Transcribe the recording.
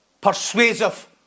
persuasive